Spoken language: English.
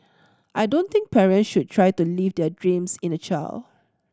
I don't think parent should try to live their dreams in a child